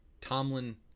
Tomlin